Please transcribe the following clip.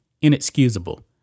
inexcusable